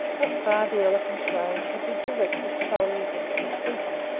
thus far the elephant's rage had been directed solely against his keeper,